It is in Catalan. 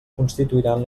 constituiran